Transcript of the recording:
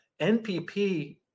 NPP